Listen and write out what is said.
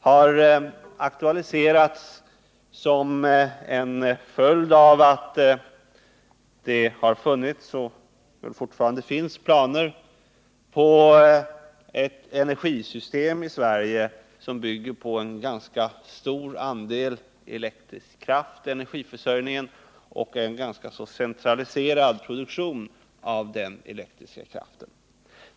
— har aktualiserats som en följd av att det funnits och fortfarande torde finnas planer på ett energisystem i Sverige som bygger på en ganska stor andel elektrisk kraft i energiförsörjningen och en ganska centraliserad produktion av den elektriska kraften.